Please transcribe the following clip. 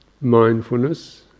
Mindfulness